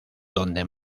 donde